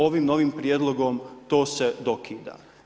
Ovim novim prijedlogom to se dokida.